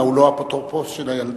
מה, הוא לא אפוטרופוס של הילדה?